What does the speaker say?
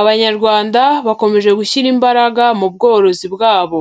Abanyarwanda bakomeje gushyira imbaraga mu bworozi bwabo